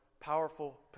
powerful